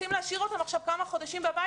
רוצים להשאיר אותם עכשיו כמה חודשים בבית.